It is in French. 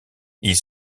ils